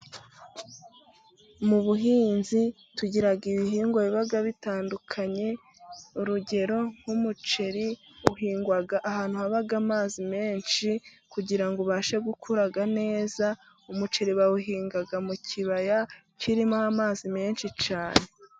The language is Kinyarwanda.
Mu buhinzi tugira ibihingwa bitandukanye. Urugero ni umuceri uhingwa ahantu haba amazi menshi kugira ngo ubashe gukura neza. Umuceri bawuhinga mu kibaya kirimo amazi menshi cyane.